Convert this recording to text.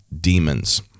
demons